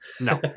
No